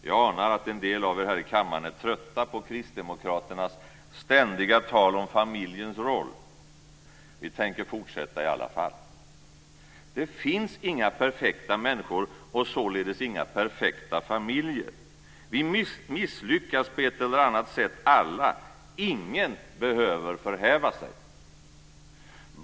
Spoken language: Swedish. Jag anar att en del av er här i kammaren är trötta på kristdemokraternas ständiga tal om familjens roll. Vi tänker fortsätta i alla fall. Det finns inga perfekta människor och således inga perfekta familjer. Vi misslyckas alla på ett eller annat sätt. Ingen behöver förhäva sig.